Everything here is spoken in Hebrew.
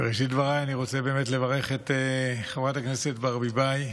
אני רוצה באמת לברך את חברת הכנסת ברביבאי,